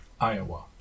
Iowa